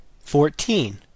fourteen